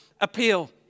appeal